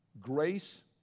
grace